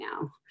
now